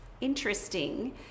interesting